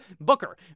Booker